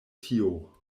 tio